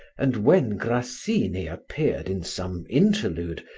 and when grassini appeared in some interlude,